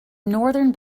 northern